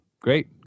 great